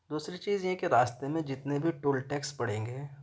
دوسری چیز یہ کہ راستے میں جتنے بھی ٹول ٹیکس پڑیں گے